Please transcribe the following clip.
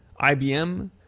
ibm